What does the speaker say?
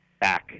back